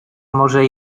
może